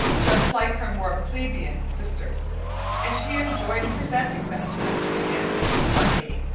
just like her more plebeian sisters and she enjoyed presenting them to mr. mcginty or me,